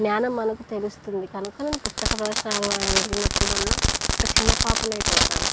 జ్ఞానం మనకు తెలుస్తుంది కనుక నేను పుస్తక ప్రదర్శనలు వెళ్ళినప్పుడల్న్న ఒక చిన్న పాపనయిపోతాను